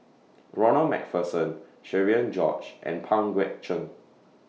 Ronald MacPherson Cherian George and Pang Guek Cheng